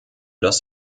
das